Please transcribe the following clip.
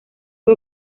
fue